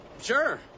sure